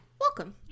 Welcome